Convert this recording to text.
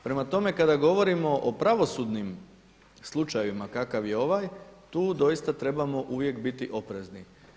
Prema tome, kada govorimo o pravosudnim slučajevima kakav je ovaj tu doista trebamo uvijek biti oprezni.